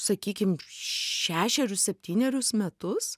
sakykim šešerius septynerius metus